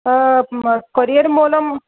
courier मूलं